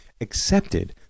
Accepted